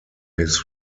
his